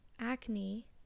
acne